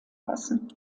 lassen